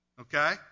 Okay